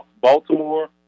Baltimore